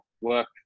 work